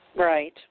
Right